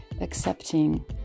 accepting